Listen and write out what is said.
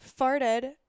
farted